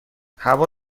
هوا